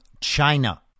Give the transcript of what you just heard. China